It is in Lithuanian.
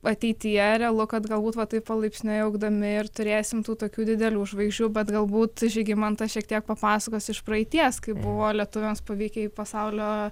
ateityje realu kad galbūt va taip palaipsniui augdami ir turėsim tų tokių didelių žvaigždžių bet galbūt žygimantas šiek tiek papasakos iš praeities kaip buvo lietuviams pavykę į pasaulio